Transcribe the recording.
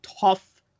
tough